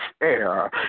air